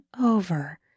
over